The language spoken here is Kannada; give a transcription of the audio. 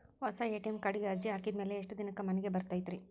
ಹೊಸಾ ಎ.ಟಿ.ಎಂ ಕಾರ್ಡಿಗೆ ಅರ್ಜಿ ಹಾಕಿದ್ ಮ್ಯಾಲೆ ಎಷ್ಟ ದಿನಕ್ಕ್ ಮನಿಗೆ ಬರತೈತ್ರಿ?